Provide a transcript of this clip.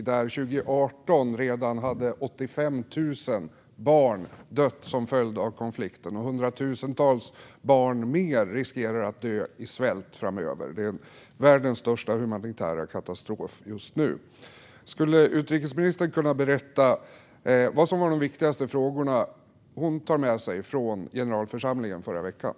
Redan 2018 hade 85 000 barn dött som en följd av konflikten, och hundratusentals fler barn riskerar att dö i svält framöver. Det är världens största humanitära katastrof just nu. Kan utrikesministern berätta vilka som är de viktigaste frågor som hon tar med sig från förra veckans generalförsamling?